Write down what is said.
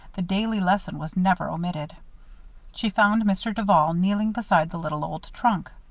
the daily lesson was never omitted she found mr. duval kneeling beside the little old trunk.